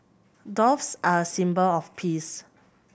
doves are a symbol of peace